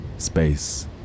space